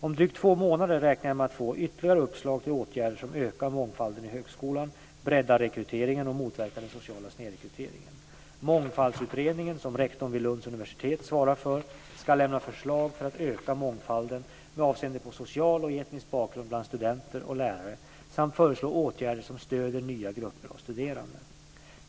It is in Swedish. Om drygt två månader räknar jag med att få ytterligare uppslag till åtgärder som ökar mångfalden i högskolan, breddar rekryteringen och motverkar den sociala snedrekryteringen. Mångfaldsutredningen, som rektorn vid Lunds universitet svarar för, ska lämna förslag för att öka mångfalden med avseende på social och etnisk bakgrund bland studenter och lärare samt föreslå åtgärder som stöder nya grupper av studerande.